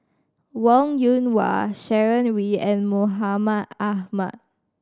Wong Yoon Wah Sharon Wee and Mahmud Ahmad